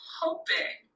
hoping